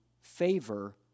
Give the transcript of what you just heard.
favor